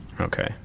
Okay